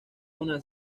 una